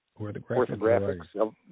orthographics